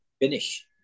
finish